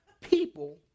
people